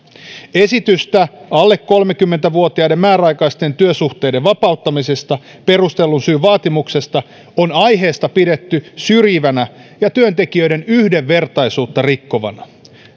esitystä alle kolmekymmentä vuotiaiden määräaikaisten työsuhteiden vapauttamisesta perustellun syyn vaatimuksesta on aiheesta pidetty syrjivänä ja työntekijöiden yhdenvertaisuutta rikkovana